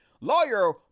Lawyer